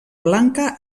blanca